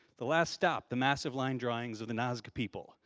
the last stop. the massive line drawings of the nazca people.